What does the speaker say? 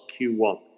Q1